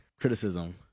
criticism